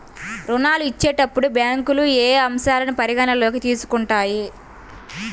ఋణాలు ఇచ్చేటప్పుడు బ్యాంకులు ఏ అంశాలను పరిగణలోకి తీసుకుంటాయి?